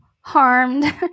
harmed